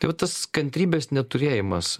tai va tas kantrybės neturėjimas